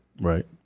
Right